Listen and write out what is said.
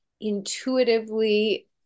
intuitively